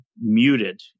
muted